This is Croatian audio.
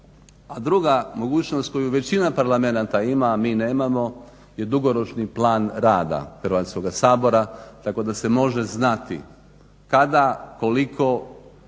druga mogućnost koju većina parlamenta ima, a mi nemamo je dugoročni plan rada Hrvatskoga sabora tako da se može znati kada, koliko